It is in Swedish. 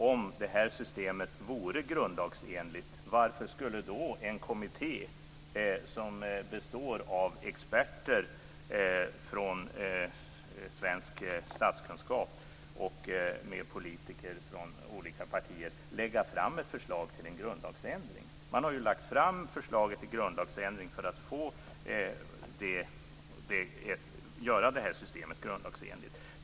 Om det här systemet vore grundlagsenligt, varför skulle då en kommitté som består av experter i svensk statskunskap och politiker från olika partier lägga fram ett förslag om en grundlagsändring? Man har ju lagt fram förslaget till grundlagsändring för att göra det här systemet grundlagsenligt.